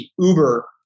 Uber